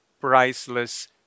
priceless